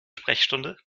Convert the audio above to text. sprechstunde